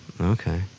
Okay